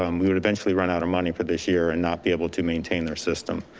um we would eventually run out of money for this year and not be able to maintain their system.